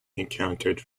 encountered